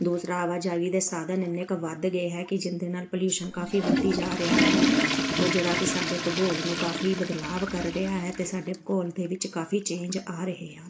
ਦੂਸਰਾ ਆਵਾਜਾਈ ਦੇ ਸਾਧਨ ਇੰਨੇ ਕੁ ਵੱਧ ਗਏ ਹੈ ਕਿ ਜਿਹਦੇ ਨਾਲ ਪਲਿਊਸ਼ਨ ਕਾਫੀ ਵੱਧੀ ਜਾ ਰਿਹਾ ਹੈ ਉਹ ਜਿਹੜਾ ਕਿ ਸਾਡੇ ਭੂਗੋਲ ਨੂੰ ਕਾਫੀ ਬਦਲਾਵ ਕਰ ਰਿਹਾ ਹੈ ਅਤੇ ਸਾਡੇ ਭੂਗੋਲ ਦੇ ਵਿੱਚ ਕਾਫੀ ਚੇਂਜ ਆ ਰਹੇ ਆ